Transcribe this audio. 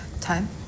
time